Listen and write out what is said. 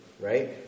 right